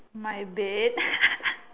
my bed